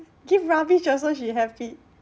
give rubbish also she happy